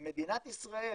אם מדינת ישראל